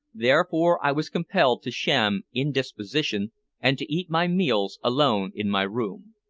therefore i was compelled to sham indisposition and to eat my meals alone in my room.